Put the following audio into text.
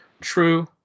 True